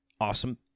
awesome